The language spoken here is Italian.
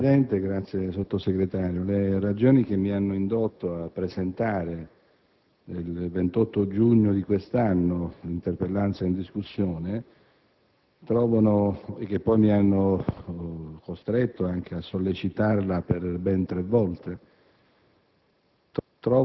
Signor Presidente, signor Sottosegretario, le ragioni che mi hanno indotto a presentare il 28 giugno di quest'anno l'interpellanza in esame, che poi mi hanno costretto anche a sollecitarla per ben tre volte,